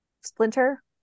splinter